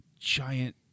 giant